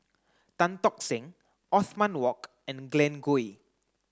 Tan Tock Seng Othman Wok and Glen Goei